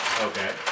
Okay